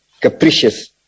capricious